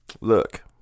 Look